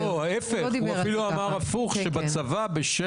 מה אתה בכל זאת